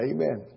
Amen